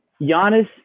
Giannis